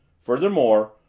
Furthermore